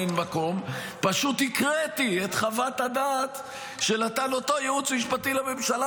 פשוט הקראתי את חוות הדעת שנתן אותו ייעוץ משפטי לממשלה